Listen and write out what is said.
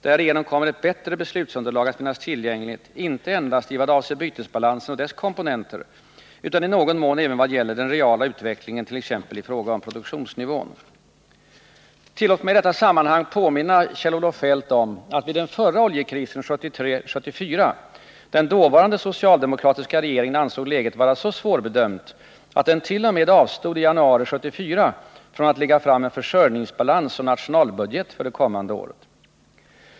Därigenom kommer ett bättre beslutsunderlag att finnas tillgängligt inte endast i vad avser bytesbalansen och dess komponenter utan i någon mån även vad gäller den reala utvecklingen t.ex. i fråga om produktionsnivån. Tillåt mig i detta sammanhang påminna Kjell-Olof Feldt om att vid den förra oljekrisen 1973-1974 den dåvarande socialdemokratiska regeringen ansåg läget vara så svårbedömt att den t.o.m. avstod i januari 1974 från att lägga fram en försörjningsbalans och nationalbudget för det kommande året.